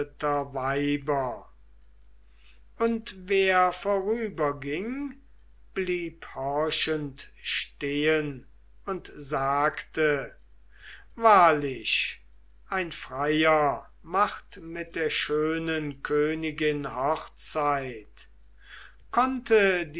und wer vorüberging blieb horchend stehen und sagte wahrlich ein freier macht mit der schönen königin hochzeit konnte